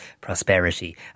prosperity